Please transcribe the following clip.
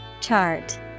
Chart